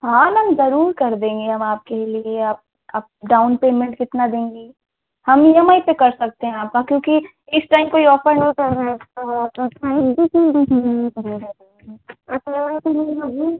हाँ मैम ज़रूर कर देंगे हम आपके लिए आप आप डाउन पेमेंट कितना देंगी हम ई एम आई से कर सकते हैं आपका क्योंकि इस टाइम कोई ऑफ़र हो चल रहा है ऐसा लग रहा है कि नहीं होगी